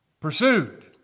pursued